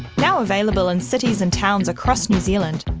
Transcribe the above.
now available in cities and towns across new zealand,